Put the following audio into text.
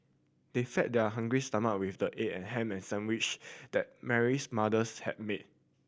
they fed their hungry stomach with the egg and ham sandwich that Mary's mothers had made